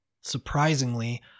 Surprisingly